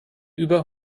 über